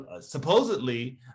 supposedly